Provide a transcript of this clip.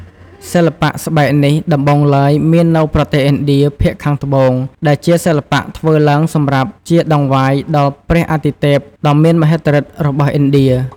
សិល្បៈស្បែកនេះដំបូងឡើយ មាននៅប្រទេសឥណ្ឌាភាគខាងត្បូង ដែលជាសិល្បៈធ្វើឡើងសម្រាប់ជាតង្វាយដល់ព្រះអាទិទេពដ៏មាន មហិទ្ធិឫទ្ធិរបស់ឥណ្ឌា ។